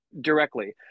directly